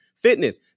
Fitness